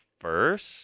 first